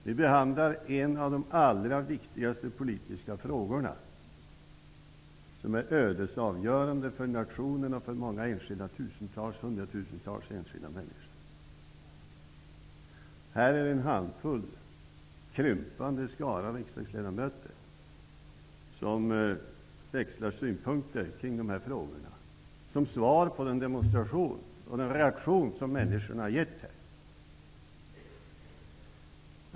Vi behandlar en av de allra viktigaste politiska frågorna, som är ödesavgörande från nationen och för många hundra tusentals enskilda människor, och här finns en handfull och krympande skara riksdagsledamöter, som växlar synpunkter kring de här frågorna -- som svar på demonstrationen och den reaktion som människorna här har visat.